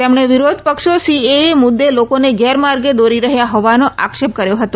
તેમણે વિરોધ પક્ષો સીએએ મુદ્દે લોકોને ગેરમાર્ગે દોરી રહ્યાં હોવાનો આક્ષેપ કર્યો હતો